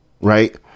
right